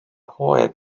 hooaja